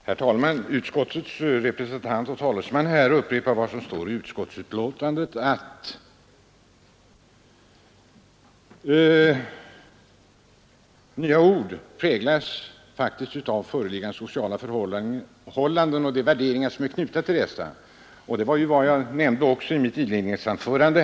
Herr talman! Utskottets talesman upprepar här vad som står i utskottets betänkande. Han säger att nya ord ”präglas av faktiskt föreliggande sociala förhållanden och av de värderingar som är knutna till dessa”. Det är vad jag också nämnde här i mitt inledningsanförande.